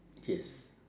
yes